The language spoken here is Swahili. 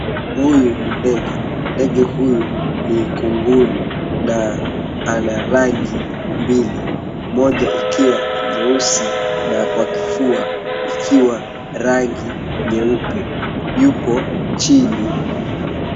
Huyu ni ndege ndege huyu ni kunguru na ana rangi mbili moja ikiwa nyeusi na kwa kifua ikuwe rangi nyeupe yupo chini.